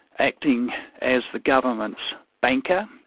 acting as the government's banker.